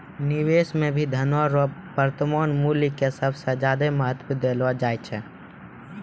निवेश मे भी धनो रो वर्तमान मूल्य के सबसे ज्यादा महत्व देलो जाय छै